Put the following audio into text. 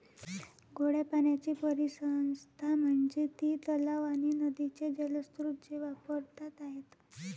गोड्या पाण्याची परिसंस्था म्हणजे ती तलाव आणि नदीचे जलस्रोत जे वापरात आहेत